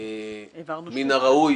מן הראוי